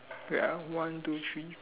wait ah one two three